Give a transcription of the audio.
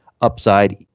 upside